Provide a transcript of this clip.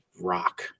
rock